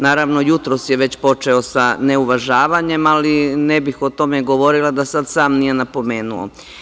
Naravno, već jutros je počeo sa ne uvažavanjem, ali ne bih o tome govorila da sada sam nije to napomenuo.